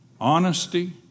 Honesty